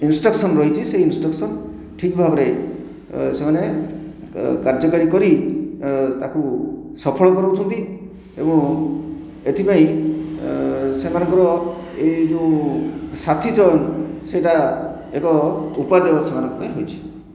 instruction ରହିଛି ସେ instruction ଠିକ୍ ଭାବରେ ଏ ସେମାନେ କାର୍ଯ୍ୟକାରୀ କରି ତାକୁ ସଫଳ କରାଉଛନ୍ତି ଏବଂ ଏଥିପାଇଁ ସେମାନଙ୍କର ଏଇ ଯେଉଁ ସାଥି ଚୟନ ସେଇଟା ଏକ ଉପଦେୟ ସେମାନଙ୍କ ପାଇଁ ହୋଇଛି